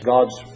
God's